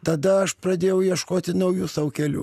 tada aš pradėjau ieškoti naujų sau kelių